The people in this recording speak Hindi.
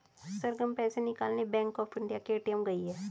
सरगम पैसे निकालने बैंक ऑफ इंडिया के ए.टी.एम गई है